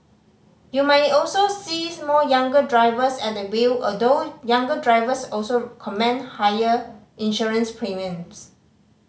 you might also see more younger drivers at the wheel although younger drivers also command higher insurance premiums